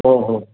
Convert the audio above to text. ओ हो